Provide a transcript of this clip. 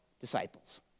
disciples